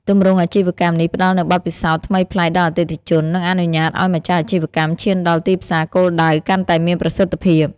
ទម្រង់អាជីវកម្មនេះផ្តល់នូវបទពិសោធន៍ថ្មីប្លែកដល់អតិថិជន និងអនុញ្ញាតឲ្យម្ចាស់អាជីវកម្មឈានដល់ទីផ្សារគោលដៅកាន់តែមានប្រសិទ្ធភាព។